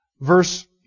Verse